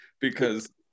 because-